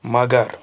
مَگر